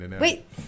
Wait